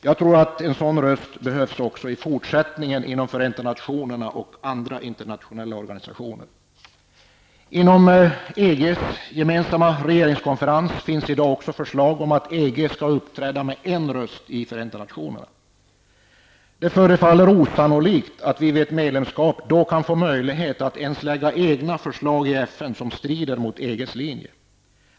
Jag tror att en sådan ''röst'' behövs också i fortsättningen inom Inom EGs gemensamma regeringskonferens finns det i dag också förslag om att EG skall uppträda med en röst i Förenta nationerna. Det förefaller inte sannolikt att vi ens vid ett medlemskap får möjlighet att lägga fram egna förslag i FN som strider mot EGs linje.